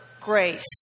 grace